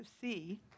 see